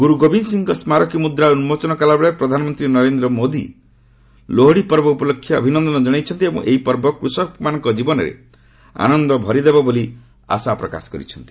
ଗୁରୁ ଗୋବିନ୍ଦ ସିଂଙ୍କ ସ୍କାରକୀ ମୁଦ୍ରା ଉନ୍କୋଚନ କଲାବେଳେ ପ୍ରଧାନମନ୍ତ୍ରୀ ନରେନ୍ଦ୍ର ମୋଦି ଲୋଡିପର୍ବ ଉପଲକ୍ଷେ ଅଭିନନ୍ଦନ ଜଣାଇଛନ୍ତି ଏବଂ ଏହି ପର୍ବ କୃଷକମାନଙ୍କ ଜୀବନରେ ଆନନ୍ଦ ଭରିଦେବ ବୋଲି ଆଶା ପ୍ରକାଶ କରିଛନ୍ତି